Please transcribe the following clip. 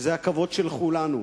שזה הכבוד של כולנו,